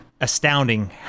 astounding